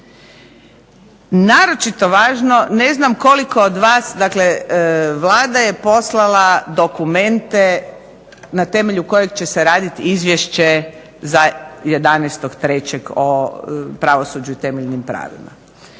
Naročito važno ne znam koliko od vas, dakle Vlada je poslala dokumente na temelju kojeg će se raditi izvješće za 11. 3. o pravosuđu i temeljnim pravima.